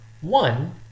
One